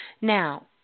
Now